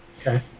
Okay